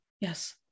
Yes